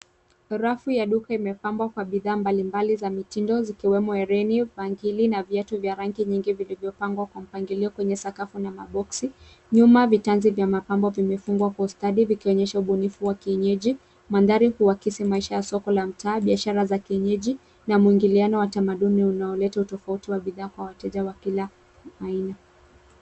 Rafu ya duka imepambwa kwa bidhaa mbalimbali za mitindo zikiwemo herini, bangili na viatu vya rangi nyingi vilivyopangwa kwa mpangilio kwenye sakafu na maboksi. Nyuma vitanzi vya mapambo vimefungwa kwa ustadi vikionyesha ubunifu wa kienyeji. Mandhari huakisi maisha ya soko la mtaa, biashara za kienyeji na muingiliano wa tamaduni unaoleta utofauti wa bidhaa kwa wateja wa kila aina.